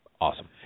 Awesome